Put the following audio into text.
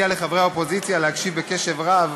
האופוזיציה להקשיב בקשב רב,